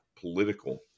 political